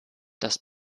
das